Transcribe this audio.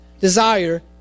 desire